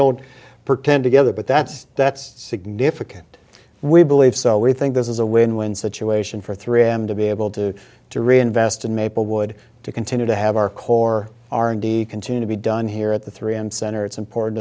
don't pretend together but that's that's significant we believe so we think this is a win win situation for three m to be able to to reinvest in maplewood to continue to have our core r and d continue to be done here at the three m center it's important